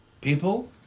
People